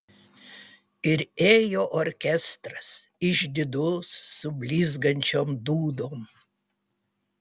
ir ėjo orkestras išdidus su blizgančiom dūdom